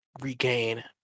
regain